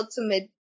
ultimate